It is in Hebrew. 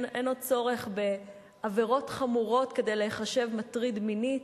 אין עוד צורך בעבירות חמורות כדי להיחשב מטריד מינית.